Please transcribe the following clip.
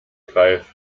greift